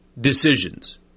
decisions